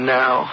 now